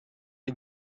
you